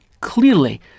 Clearly